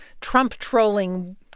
Trump-trolling